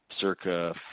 circa